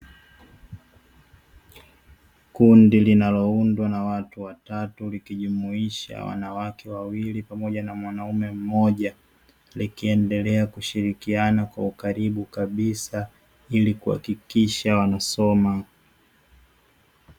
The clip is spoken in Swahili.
Kundi linaloundwa na watu watatu likijumlisha wanawake wawili pamoja na mwanaume mmoja, likiendelea kushirikiana kwa ukaribu kabisa ili kuhakikisha wanasoma.